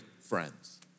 friends